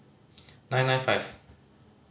nine nine five